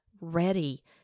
ready